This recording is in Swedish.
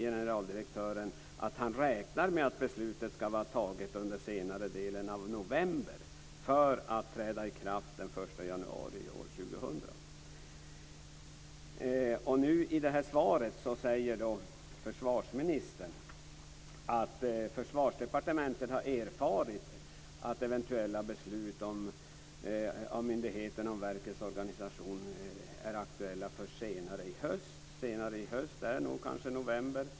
Generaldirektören säger att han räknar med att beslutet ska fattas under senare delen av november för att träda i kraft den 1 januari år 2000. I svaret säger försvarsministern att Försvarsdepartementet har erfarit att eventuella beslut av myndigheten om verkets organisation är aktuella först senare i höst. Senare i höst är kanske november.